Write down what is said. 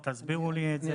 תסבירו לי את זה,